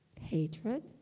hatred